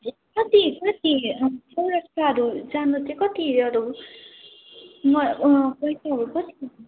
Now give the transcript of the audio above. कति कति चौरास्ताहरू जानु चाहिँ कतिहरू पैसाहरू कति